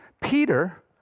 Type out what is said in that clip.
peter